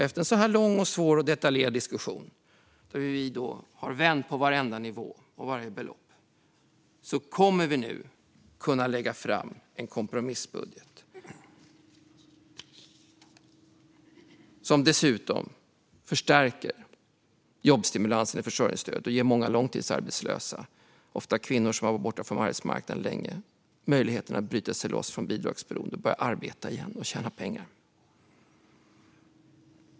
Efter en så lång, svår och detaljerad diskussion, där vi har vänt på varenda nivå och varje belopp, kommer vi nu att kunna lägga fram en kompromissbudget. Det förstärker jobbstimulansen i försörjningsstödet och ger många långtidsarbetslösa, ofta kvinnor som har varit borta från arbetsmarknaden länge, möjligheten att bryta sig loss från bidragsberoende och börja arbeta igen och tjäna pengar.